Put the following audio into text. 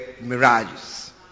mirages